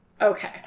Okay